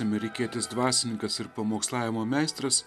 amerikietis dvasininkas ir pamokslavimo meistras